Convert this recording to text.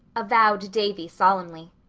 avowed davy solemnly.